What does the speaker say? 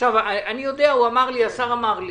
אני יודע, השר אמר לי